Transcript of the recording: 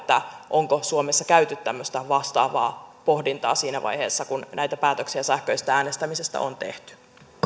onko suomessa käyty tämmöistä vastaavaa pohdintaa siinä vaiheessa kun näitä päätöksiä sähköisestä äänestämisestä on tehty